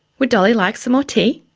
would dolly like some more tea?